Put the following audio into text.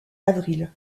avril